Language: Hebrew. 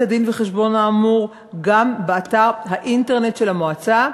הדין-וחשבון האמור גם באתר האינטרנט של המועצה,